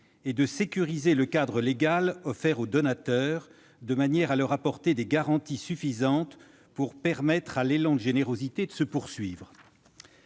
et de sécuriser le cadre légal offert aux donateurs, de manière à leur apporter des garanties suffisantes pour permettre à l'élan de générosité de se poursuivre.